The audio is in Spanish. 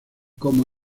como